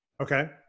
Okay